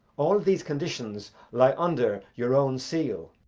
all these conditions lie under your own seal.